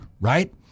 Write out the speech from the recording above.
right